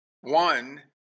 one